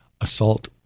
assault